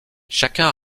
chacun